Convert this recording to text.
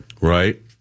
Right